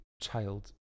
child